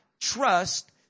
trust